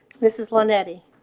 this is lynette e